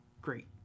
great